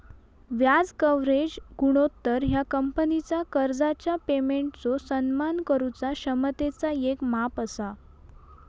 व्याज कव्हरेज गुणोत्तर ह्या कंपनीचा कर्जाच्या पेमेंटचो सन्मान करुचा क्षमतेचा येक माप असा